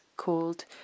called